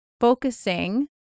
focusing